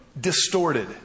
distorted